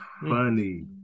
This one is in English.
funny